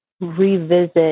revisit